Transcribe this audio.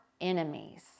enemies